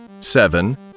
seven